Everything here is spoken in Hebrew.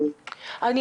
אני